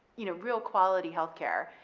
you know, real quality healthcare,